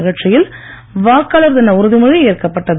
நிகழ்ச்சியில் வாக்காளர் தின உறுதிமொழி ஏற்கப்பட்டது